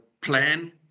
plan